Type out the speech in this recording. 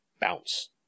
bounce